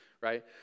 right